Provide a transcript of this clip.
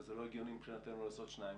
וזה לא הגיוני מבחינתנו לעשות שניים,